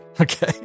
Okay